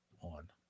on